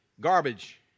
garbage